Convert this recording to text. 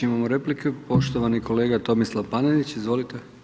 Imamo replike, poštovani kolega Tomislav Panenić, izvolite.